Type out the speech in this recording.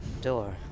door